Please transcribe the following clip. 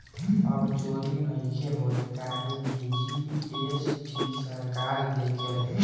अब चोरी नइखे होत काहे की जी.एस.टी सरकार देखेले